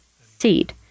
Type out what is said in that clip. seed